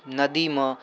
नदीमे